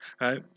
right